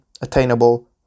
Attainable